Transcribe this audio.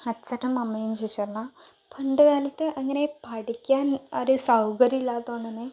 അച്ഛനും അമ്മയും ചോദിച്ച് പറഞ്ഞാൽ പണ്ട് കാലത്ത് അങ്ങനെ പഠിക്കാൻ ഒരു സൗകര്യം ഇല്ലാത്തോണ്ടു തന്നെ